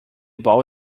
ball